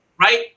Right